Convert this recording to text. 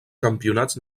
campionats